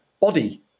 Body